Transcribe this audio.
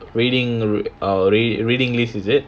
reading reading list is it